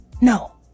No